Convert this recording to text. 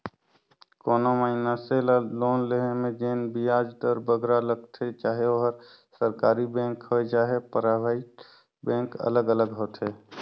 कोनो मइनसे ल लोन लोहे में जेन बियाज दर बगरा लगथे चहे ओहर सरकारी बेंक होए चहे पराइबेट बेंक अलग अलग होथे